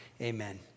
Amen